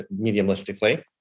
mediumistically